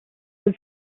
was